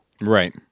Right